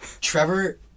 Trevor